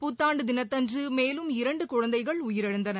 புத்தாண்டு தினத்தன்று மேலும் இரண்டு குழந்தைகள் உயிரிழந்தனர்